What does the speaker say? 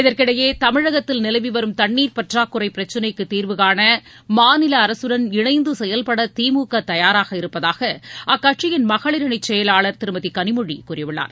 இதற்கிடையே தமிழகத்தில் நிலவி வரும் தண்ணீர் பற்றாக்குறை பிரச்சினைக்கு தீர்வு காண மாநில அரசுடன் இணைந்து செயல்பட திமுக தயாராக இருப்பதாக அக்கட்சியின் மகளிரணி செயலாளர் திருமதி கனிமொழி கூறியுள்ளார்